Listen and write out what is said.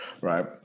Right